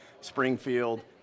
Springfield